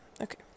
okay